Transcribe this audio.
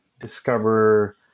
discover